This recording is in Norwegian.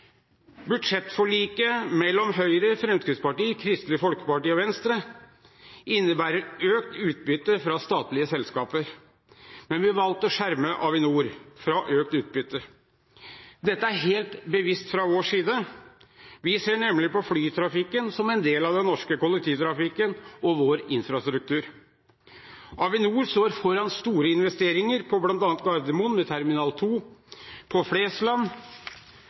Budsjettforliket mellom Høyre, Fremskrittspartiet, Kristelig Folkeparti og Venstre innebærer økt utbytte fra statlige selskaper, men vi har valgt å skjerme Avinor fra økt utbytte. Dette er helt bevisst fra vår side. Vi ser nemlig på flytrafikken som en del av den norske kollektivtrafikken og vår infrastruktur. Avinor står foran store investeringer på bl.a. Gardermoen – med terminal 2 – og på Flesland.